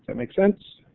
but make sense?